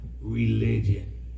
religion